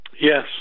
Yes